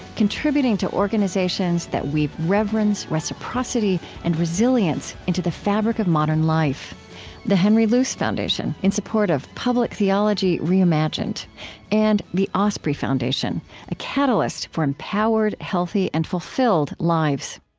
contributing to organizations that weave reverence, reciprocity, and resilience into the fabric of modern life the henry luce foundation, in support of public theology reimagined and, the osprey foundation a catalyst for empowered, healthy, and fulfilled lives